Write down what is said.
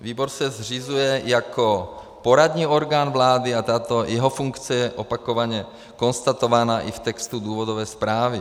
Výbor se zřizuje jako poradní orgán vlády a tato jeho funkce je opakovaně konstatována i v textu důvodové zprávy.